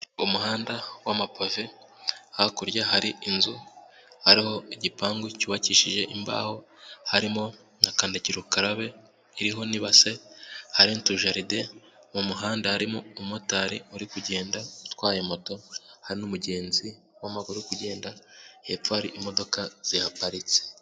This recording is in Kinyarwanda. Umuhanda w'amapave, hakurya hari inzu, hariho igipangu cyubakishije imbaho, harimo na kandagirukarabe iriho n'ibase, hari n'utujaride, mu muhanda harimo umumotari uri kugenda utwaye moto, hari n'umugenzi w'amaguru uri kugenda, hepfo hari imodoka zihaparitse.